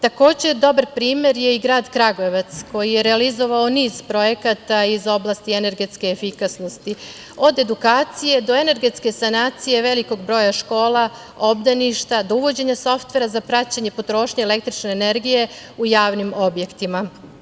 Takođe je dobar primer i grad Kragujevac, koji je realizovao niz projekata iz oblasti energetske efikasnosti, od edukacije, do energetske sanacije velikog broja škola, obdaništa, do uvođenja softvera za praćenje potrošnje električne energije u javnim objektima.